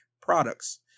products